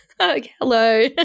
Hello